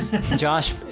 Josh